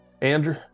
Andrew